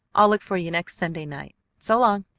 i'll look for you next sunday night. so-long!